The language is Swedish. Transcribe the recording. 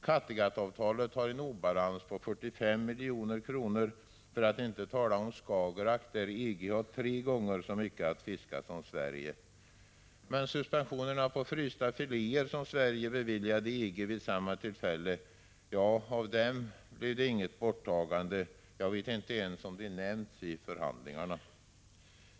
Kattegattavtalet har en obalans på 45 milj.kr., för att inte tala om Skagerrak, där EG har tre gånger så mycket att fiska som Sverige. Men suspensionerna på frysta filéer som Sverige beviljade EG vid samma tillfälle? Ja, det blev inget borttagande — jag vet inte ens om de nämnts i förhandlingarna.